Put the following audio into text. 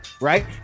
right